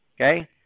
Okay